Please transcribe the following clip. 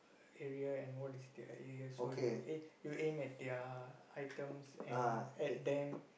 area and what is their area so you eh you aim at their items and at them